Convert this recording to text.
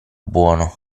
buono